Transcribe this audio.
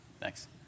Thanks